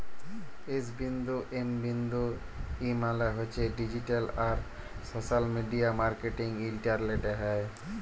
S বিন্দু M বিন্দু E মালে হছে ডিজিট্যাল আর সশ্যাল মিডিয়া মার্কেটিং ইলটারলেটে হ্যয়